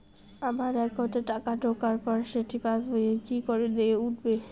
আমার একাউন্টে টাকা ঢোকার পর সেটা পাসবইয়ে কি করে উঠবে?